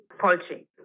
poultry